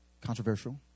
controversial